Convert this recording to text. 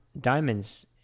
diamonds